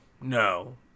no